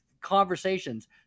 conversations